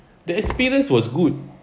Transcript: the experience was good